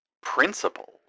principles